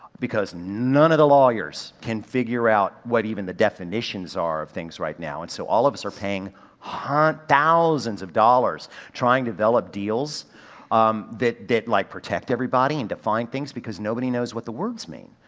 because none of the lawyers can figure out what even the definitions are of things right now and so all of us are paying hun, thousands of dollars trying to develop deals um that, that like protect everybody and define things because nobody knows what the words mean.